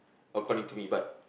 according to me but